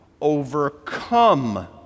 overcome